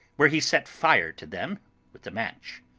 where he set fire to them with a match.